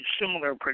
similar